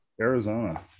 Arizona